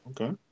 Okay